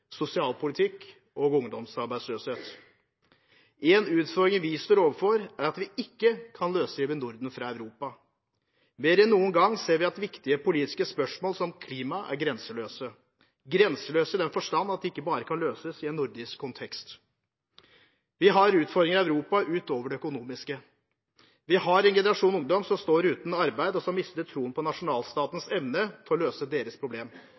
sosialpolitikk og ungdomsarbeidsløshet. En utfordring vi står overfor, er at vi ikke kan løsrive Norden fra Europa. Mer enn noen gang ser vi at viktige politiske spørsmål som klima er grenseløse. De er grenseløse i den forstand at de ikke bare kan løses i en nordisk kontekst. Vi har utfordringer i Europa utover det økonomiske. Vi har en generasjon ungdom som står uten arbeid, og som mister troen på nasjonalstatens evne til å løse deres